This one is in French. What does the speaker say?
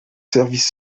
services